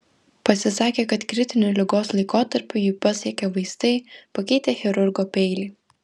pasisekė kad kritiniu ligos laikotarpiu jį pasiekė vaistai pakeitę chirurgo peilį